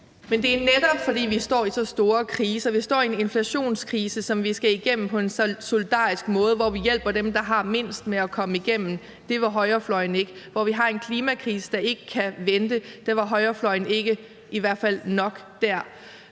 Men det er netop, fordi vi står i store kriser. Vi står i en inflationskrise, som vi skal igennem på en solidarisk måde, hvor vi hjælper dem, der har mindst, med at komme igennem. Det vil højrefløjen ikke. Vi har en klimakrise, der ikke kan vente. Der vil højrefløjen i hvert fald ikke